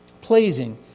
Pleasing